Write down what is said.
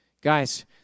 Guys